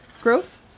Growth